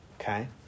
Okay